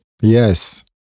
Yes